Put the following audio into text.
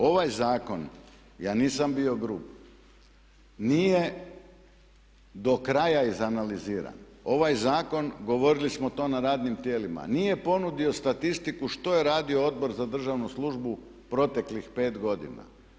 Ovaj zakon, ja nisam bio grub, nije do kraja izanaliziran, ovaj zakon govorili smo to na radnim tijelima nije ponudio statistiku što je radio Odbor za državnu službu proteklih 5 godina.